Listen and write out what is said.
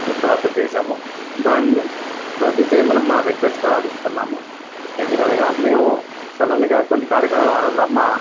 food order చేసాము దానిని రద్దు చేయమని మా రిక్వెస్ట్గా అడుగుతున్నాము ఎందుకనగా మేము సడన్గా కొన్ని కార్యక్రమాలవల్ల మా